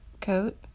coat